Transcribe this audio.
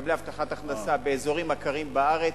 מקבלי הבטחת הכנסה באזורים הקרים בארץ,